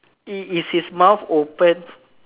is is his mouth open